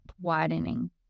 widening